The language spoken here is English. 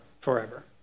forever